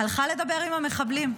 הלכה לדבר עם המחבלים.